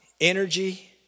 energy